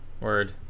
Word